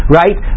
right